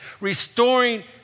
restoring